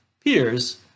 peers